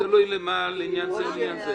תלוי אם לעניין זה או לעניין זה.